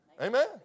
Amen